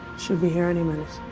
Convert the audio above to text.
should be here any minute.